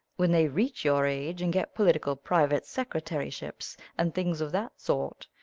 when they reach your age, and get political private secretaryships and things of that sort,